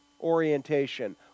orientation